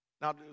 Now